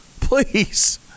please